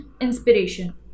inspiration